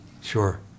sure